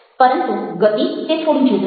પરંતુ ગતિ તે થોડું જુદું છે